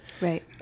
Right